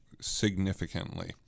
significantly